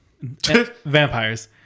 Vampires